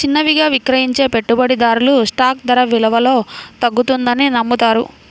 చిన్నవిగా విక్రయించే పెట్టుబడిదారులు స్టాక్ ధర విలువలో తగ్గుతుందని నమ్ముతారు